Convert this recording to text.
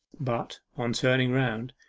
but, on turning round,